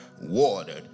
watered